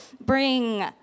bring